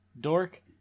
dork